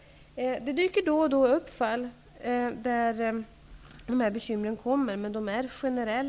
Det dyker då och då upp fall där bekymmer uppstår, men de är generella.